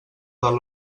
del